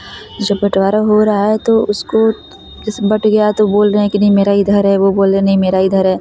जो बटवारा हो रहा है तो उसको जैसे बँट गया तो बोल रहे हैं कि नहीं मेरा इधर है वह बोल रहे हैं नहीं मेरा इधर है